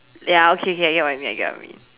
ya okay okay I get what you mean I get what you mean